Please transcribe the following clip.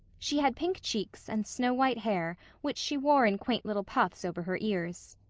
she had pink cheeks and snow-white hair which she wore in quaint little puffs over her ears.